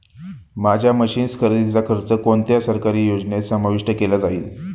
माझ्या मशीन्स खरेदीचा खर्च कोणत्या सरकारी योजनेत समाविष्ट केला जाईल?